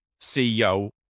CEO